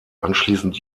anschließend